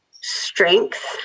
strength